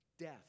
Death